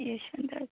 Yashwantrao